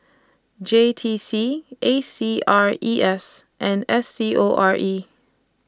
J T C A C R E S and S C O R E